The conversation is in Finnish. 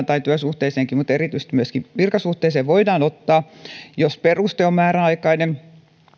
tai työsuhteeseenkin mutta erityisesti virkasuhteeseen voidaan ottaa jos peruste on määräaikainen